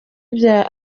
bya